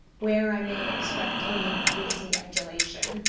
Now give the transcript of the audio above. where i may expect only greasy adulation,